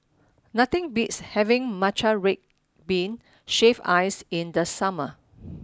nothing beats having Matcha red bean shaved ice in the summer